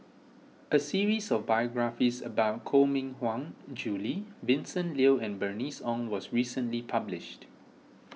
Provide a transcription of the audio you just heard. a series of biographies about Koh Mui Hiang Julie Vincent Leow and Bernice Ong was recently published